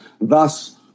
Thus